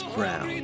Brown